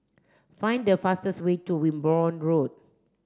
find the fastest way to Wimborne Road